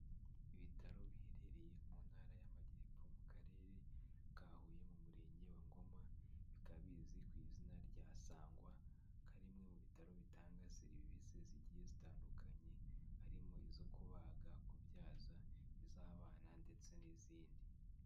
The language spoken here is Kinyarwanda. Ibitaro biherereye mu ntara y'amajyepfo mu karere ka Huye, mu murenge wa Ngoma, bikaba bizwi ku izina rya Sangwa, akaba ari bimwe mu bitaro bitanga serivisi zigiye zitandukanye, harimo izo kubaga, kubyaza, iz'abana ndetse n'izindi.